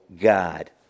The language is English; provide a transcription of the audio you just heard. God